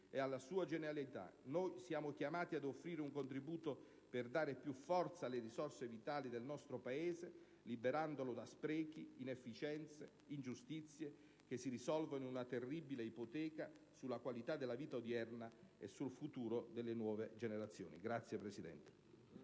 e alla sua genialità. Noi siamo chiamati ad offrire un contributo per dare più forza alle risorse vitali del nostro Paese, liberandolo da sprechi, inefficienze ed ingiustizie che si risolvono in una terribile ipoteca sulla qualità della vita odierna e sul futuro delle nuove generazioni. *(Applausi